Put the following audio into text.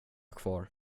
kvar